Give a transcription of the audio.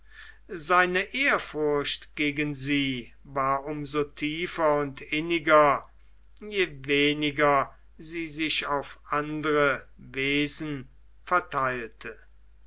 seine ehrfurcht gegen sie war um so tiefer und inniger je weniger sie sich auf andere wesen vertheilte